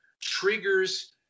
triggers